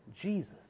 Jesus